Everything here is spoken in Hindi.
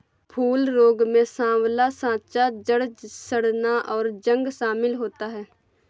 फूल रोग में साँवला साँचा, जड़ सड़ना, और जंग शमिल होता है